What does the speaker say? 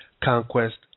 Conquest